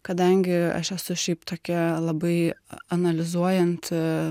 kadangi aš esu šiaip tokia labai analizuojanti